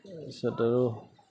তাৰপিছত আৰু